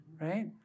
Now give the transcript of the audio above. right